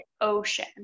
ocean